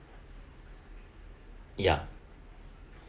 ya